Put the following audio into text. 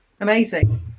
amazing